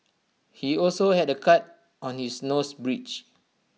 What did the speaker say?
he also had A cut on his nose bridge